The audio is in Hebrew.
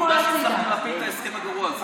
שהצלחנו להפיל את ההסכם הגרוע הזה.